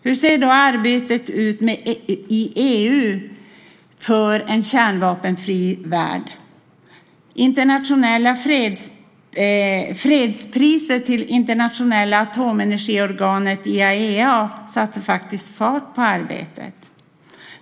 Hur ser då arbetet ut i EU för en kärnvapenfri värld? Fredspriset till internationella atomenergiorganet IAEA satte faktiskt fart på arbetet.